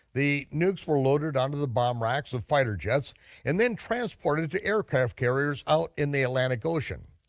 the nukes were loaded onto the bomb racks of fighter jets and then transported to aircraft carriers out in the atlantic ocean.